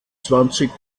zwanzig